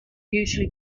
usually